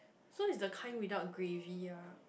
so it's the kind without gravy ah